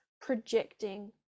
projecting